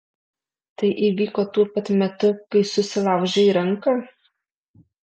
tai įvyko tuo pat metu kai susilaužei ranką